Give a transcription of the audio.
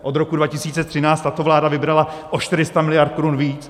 Od roku 2013 tato vláda vybrala o 400 miliard korun víc.